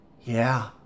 Yeah